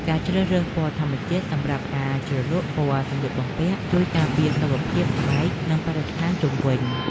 ការជ្រើសរើសពណ៌ធម្មជាតិសម្រាប់ការជ្រលក់ពណ៌សម្លៀកបំពាក់ ជួយការពារសុខភាពស្បែកនិងបរិស្ថានជុំវិញ។